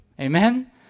Amen